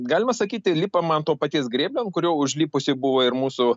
galima sakyti lipama ant to paties grėblio ant kurio užlipusi buvo ir mūsų